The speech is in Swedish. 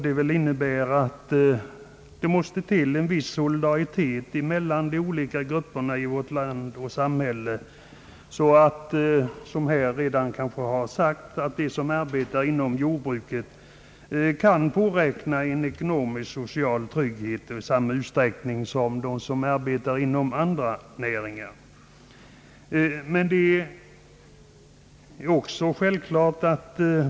En viss solidaritet mellan de olika grupperna i vårt samhälle måste också till, så att de som arbetar inom jordbruket kan — såsom här redan sagts — påräkna ekonomisk och social trygghet i samma utsträckning som de inom andra näringar sysselsatta.